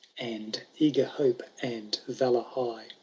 and eager hope, and valour high.